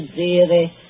dearie